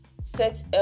Set